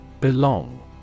Belong